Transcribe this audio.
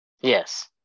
Yes